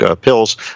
pills